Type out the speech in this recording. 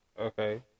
Okay